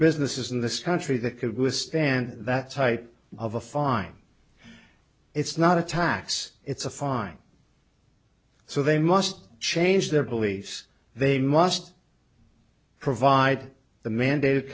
businesses in this country that could withstand that type of a fine it's not a tax it's a fine so they must change their beliefs they must provide the mandated